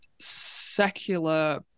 secular